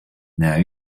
now